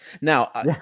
Now